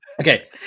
Okay